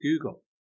Google